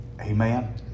Amen